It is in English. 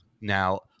Now